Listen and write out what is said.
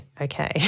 okay